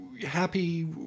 happy